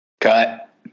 Cut